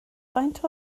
faint